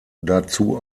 dazu